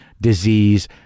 disease